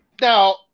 Now